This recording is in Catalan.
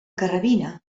carrabina